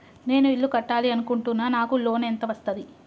నేను ఇల్లు కట్టాలి అనుకుంటున్నా? నాకు లోన్ ఎంత వస్తది?